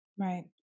Right